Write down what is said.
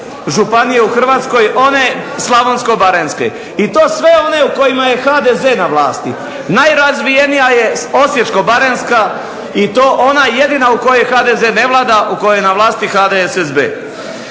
županije u Hrvatskoj one slavonsko-baranjske i to sve one u kojima je HDZ na vlati. Najrazvijenija je Osječko-baranjska i to ona jedina u kojoj HDZ ne vlada, u kojoj je na vlasti HDSSB.